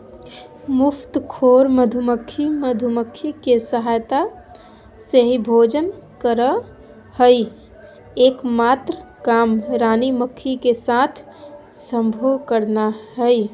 मुफ्तखोर मधुमक्खी, मधुमक्खी के सहायता से ही भोजन करअ हई, एक मात्र काम रानी मक्खी के साथ संभोग करना हई